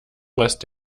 rest